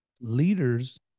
leaders